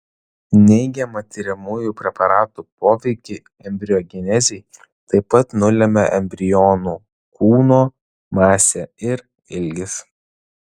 neigiamą tiriamųjų preparatų poveikį embriogenezei taip pat nulemia embrionų kūno masė ir ilgis